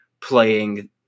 playing